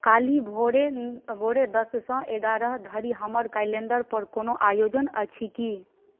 काल्हि भोरे भोरे दससँ एगारह धरि हमर कैलेण्डरपर कोनो आयोजन अछि कि